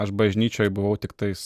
aš bažnyčioj buvau tiktais